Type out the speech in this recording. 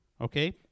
Okay